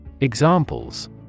Examples